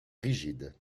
rigide